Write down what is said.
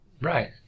Right